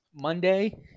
Monday